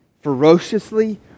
ferociously